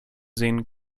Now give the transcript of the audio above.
sehen